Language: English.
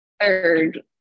third